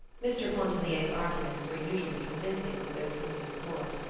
mr. pontellier's arguments were usually convincing with those whom he employed.